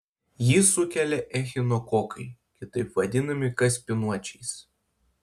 jį sukelia echinokokai kitaip vadinami kaspinuočiais